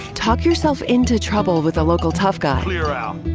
talk yourself into trouble with a local tough guy clear out.